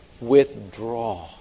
Withdraw